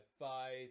advice